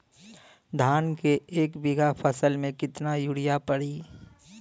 धान के एक बिघा फसल मे कितना यूरिया पड़ी?